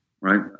right